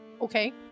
Okay